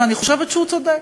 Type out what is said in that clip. ואני חושבת שהוא צודק.